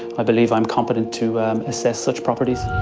i believe i'm competent to assess such properties.